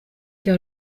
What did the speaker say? cya